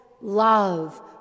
love